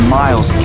miles